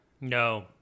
no